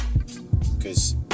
Cause